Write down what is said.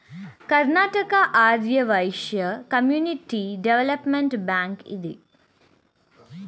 Karnataka Arya Vaishya community development bank ಇದೆ